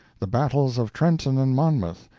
the battles of trenton and monmouth,